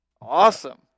Awesome